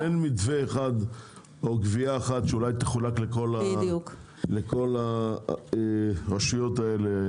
ואין מתווה אחד או גבייה אחת שתחולק לכל הרשויות האלה